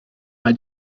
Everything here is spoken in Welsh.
mai